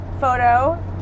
photo